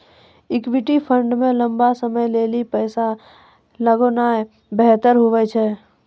equity fund मे लंबा समय लेली पैसा लगौनाय बेहतर हुवै छै